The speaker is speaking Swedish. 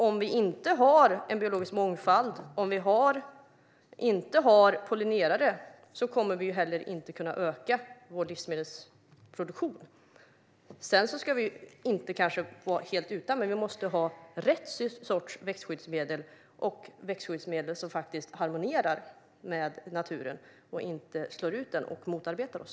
Om vi inte har biologisk mångfald, om vi inte har pollinerare, kommer vi heller inte att kunna öka vår livsmedelsproduktion. Vi ska kanske inte vara helt utan växtskyddsmedel, men vi måste ha rätt sorts växtskyddsmedel - växtskyddsmedel som faktiskt harmonierar med naturen och inte slår ut den och motarbetar oss.